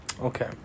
Okay